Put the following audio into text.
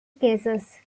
cases